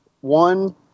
one